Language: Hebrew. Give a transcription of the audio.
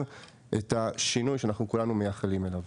את השינוי שאנחנו כולנו מייחלים לו.